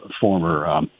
former